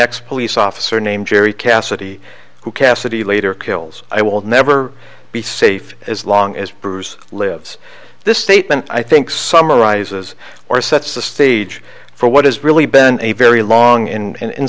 ex police officer named jerry cassidy who cassidy later kills i will never be safe as long as bruce lives this statement i think summarizes or sets the stage for what has really been a very long